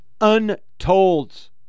untold